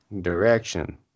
direction